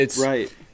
Right